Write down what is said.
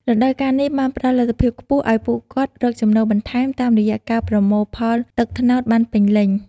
រដូវកាលនេះ បានផ្ដល់លទ្ធភាពខ្ពស់ឱ្យពួកគាត់រកចំណូលបន្ថែម តាមរយៈការប្រមូលផលទឹកត្នោតបានពេញលេញ។